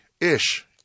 ish